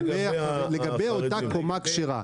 רק לגבי אותה קומה כשרה.